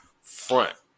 front